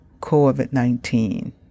COVID-19